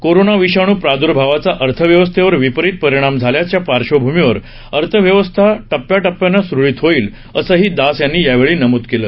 corona विषाणू प्रादुर्भावाचा अर्थव्यवस्थेवर विपरित परिणाम झाल्याच्या पार्श्वभूमीवर अर्थव्यवस्था टप्प्याटप्प्यानं सुरळित होईल असंही दास यांनी यावेळी नमूद केलं